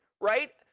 right